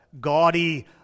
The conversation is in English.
gaudy